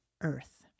Earth